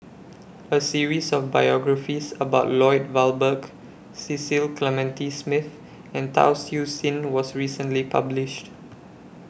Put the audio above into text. A series of biographies about Lloyd Valberg Cecil Clementi Smith and Tan Siew Sin was recently published